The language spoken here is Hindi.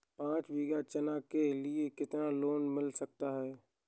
पाँच बीघा चना के लिए कितना लोन मिल सकता है?